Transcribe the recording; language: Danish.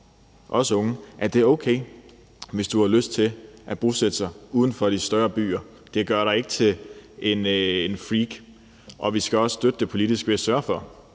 os unge: Det er okay, hvis du har lyst til at bosætte dig uden for de større byer; det gør der ikke til en freak. Vi skal også støtte det politisk ved at sørge for,